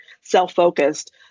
self-focused